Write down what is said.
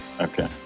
Okay